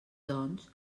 doncs